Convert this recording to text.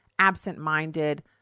absent-minded